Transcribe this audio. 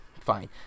fine